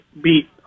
beat